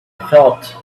thought